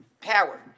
power